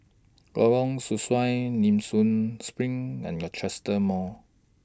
Lorong Sesuai Nee Soon SPRING and Rochester Mall